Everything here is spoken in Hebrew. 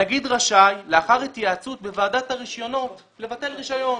הנגיד רשאי לאחר התייעצות בוועדת הרישיונות לבטל רישיון.